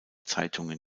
zeitungen